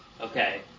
okay